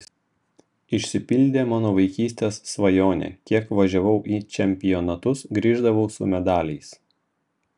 išsipildė mano vaikystės svajonė kiek važiavau į čempionatus grįždavau su medaliais